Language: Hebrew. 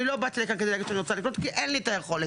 אני לא באתי לכאן כדי להגיד שאני רוצה לקנות כי אין לי את היכולת,